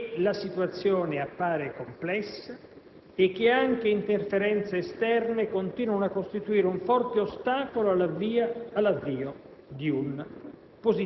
mentre l'opposizione ha già dichiarato che, in mancanza di un accordo, non favorirà il raggiungimento del *quorum* per l'elezione del nuovo Capo dello Stato.